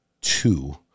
two